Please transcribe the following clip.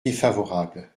défavorable